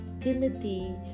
Timothy